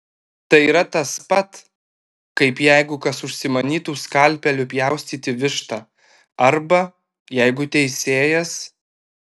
tai yra tas pat kaip jeigu kas užsimanytų skalpeliu pjaustyti vištą arba jeigu teisėjas